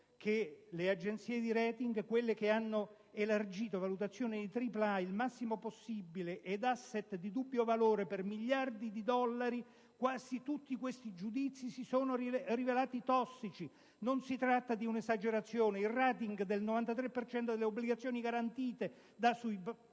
agenzie di *rating*, quelle che hanno elargito valutazioni di tripla A, il massimo possibile, ad *asset* di dubbio valore, per miliardi di dollari: quasi tutti questi giudizi si sono rivelati tossici. Non si tratta di un'esagerazione. Il *rating* del 93 per cento delle obbligazioni garantite da *subprime*